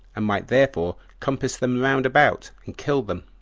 and might thereby compass them round about, and kill them.